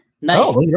Nice